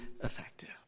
effective